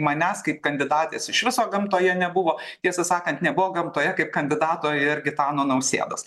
manęs kaip kandidatės iš viso gamtoje nebuvo tiesą sakant nebuvo gamtoje kaip kandidato ir gitano nausėdos